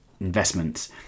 investments